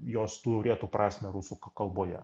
jos turėtų prasmę rusų kalboje